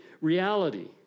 reality